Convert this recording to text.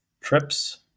trips